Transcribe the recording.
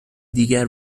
دیگر